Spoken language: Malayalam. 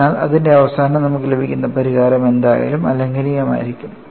അതിനാൽ അതിന്റെ അവസാനം നമുക്ക് ലഭിക്കുന്ന പരിഹാരം എന്തായാലും അലംഘനീയമായിരിക്കും